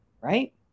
right